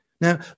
Now